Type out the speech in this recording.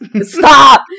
Stop